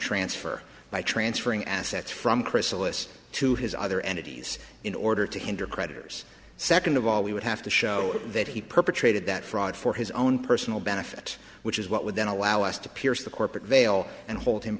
transfer by transferring assets from chrysalis to his other entities in order to hinder creditors second of all we would have to show that he perpetrated that fraud for his own personal benefit which is what would then allow us to pierce the corporate veil and hold him